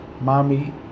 Mommy